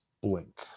Blink